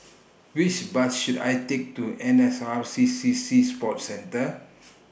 Which Bus should I Take to N S R C C Sea Sports Centre